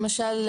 למשל,